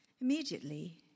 Immediately